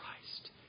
Christ